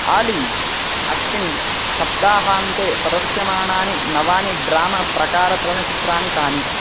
आली अस्मिन् सप्ताहान्ते प्रदर्श्यमाणानि नवानि ड्रामा प्रकारचलच्चित्राणि कानि